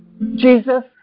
Jesus